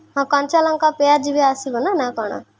ହଁ କଞ୍ଚାଲଙ୍କା ପିଆଜ ବି ଆସିବନା ନା କ'ଣ